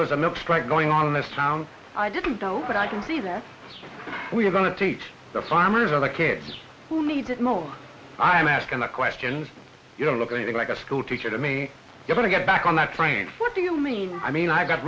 there's another strike going on in this town i didn't know but i can see that we're going to teach the farmers and the kids who need to know i'm asking the questions you don't look anything like a school teacher to me you want to get back on that train what do you mean i mean i've got